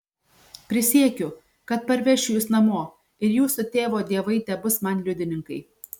prisiekiu kad parvešiu jus namo ir jūsų tėvo dievai tebus man liudininkai